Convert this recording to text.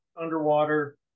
underwater